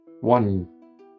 One